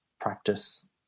practice